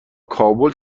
کابل